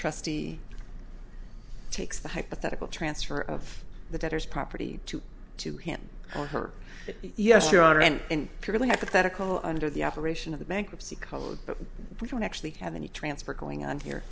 trustee takes the hypothetical transfer of the debtors property to to him or her yes your honor and purely hypothetical under the operation of the bankruptcy code but we don't actually have any transfer going on here